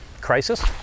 crisis